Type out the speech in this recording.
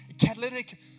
catalytic